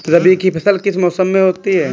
रबी की फसल किस मौसम में होती है?